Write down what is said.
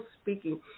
speaking